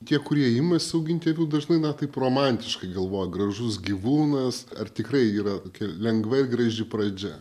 tie kurie imasi auginti avių dažnai na kaip romantiškai galvoja gražus gyvūnas ar tikrai yra lengva ir graži pradžia